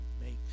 makes